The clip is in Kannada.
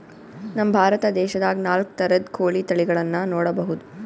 ನಮ್ ಭಾರತ ದೇಶದಾಗ್ ನಾಲ್ಕ್ ಥರದ್ ಕೋಳಿ ತಳಿಗಳನ್ನ ನೋಡಬಹುದ್